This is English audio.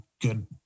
good